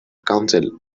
council